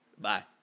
Bye